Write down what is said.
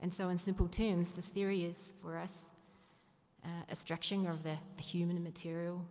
and so in simple terms, this theory is for us a stretching or of the human immaterial